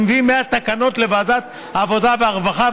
מביאים 100 תקנות לוועדת העבודה והרווחה,